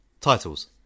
Titles